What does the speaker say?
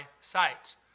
sight